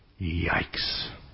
Yikes